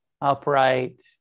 upright